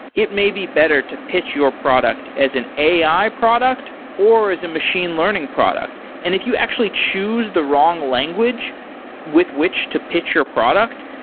it may be better to pitch your product as an ai product or as a machine learning product. and if you actually choose the wrong language with which to pitch your product,